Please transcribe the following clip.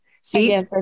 See